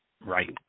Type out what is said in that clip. right